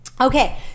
okay